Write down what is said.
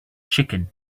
chicken